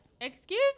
Excuse